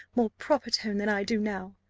more proper tone than i do now?